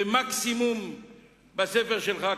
והמקסימום בספר שלך,